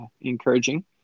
encouraging